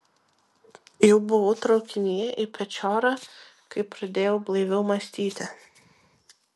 jau buvau traukinyje į pečiorą kai pradėjau blaiviau mąstyti